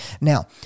Now